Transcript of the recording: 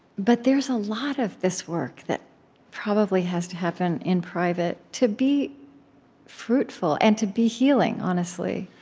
but there's a lot of this work that probably has to happen in private to be fruitful and to be healing, honestly.